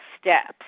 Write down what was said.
steps